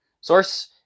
Source